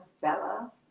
Bella